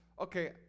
okay